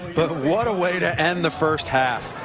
but what a way to end the first half.